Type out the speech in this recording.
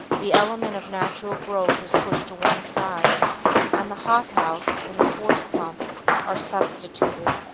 the element of natural growth is pushed to one side and the hothouse and the force-pump are substituted.